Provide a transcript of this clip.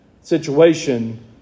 situation